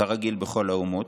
כרגיל בכל האומות,